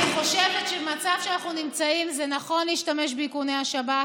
אני חושבת שבמצב שאנחנו נמצאים זה נכון להשתמש באיכוני השב"כ,